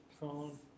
phone